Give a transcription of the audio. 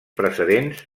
precedents